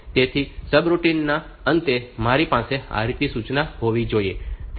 તેથી સબરૂટિનના અંતે મારી પાસે RET સૂચના હોવી જોઈએ